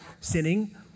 sinning